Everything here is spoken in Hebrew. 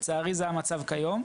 לצערי זה המצב כיום,